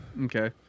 Okay